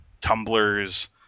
tumblers